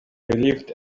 relieved